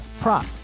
prop